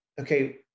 okay